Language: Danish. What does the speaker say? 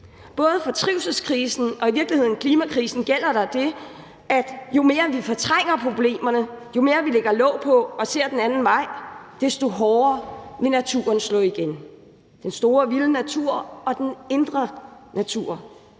Både for trivselskrisen og for klimakrisen gælder der det, at jo mere vi fortrænger problemerne, jo mere vi lægger låg på og ser den anden vej, desto hårdere vil naturen slå igen. Det gælder både den store vilde natur og den indre natur.